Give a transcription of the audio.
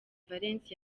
valens